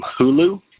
Hulu